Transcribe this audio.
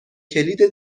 کلید